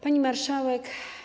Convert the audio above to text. Pani Marszałek!